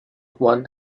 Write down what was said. juan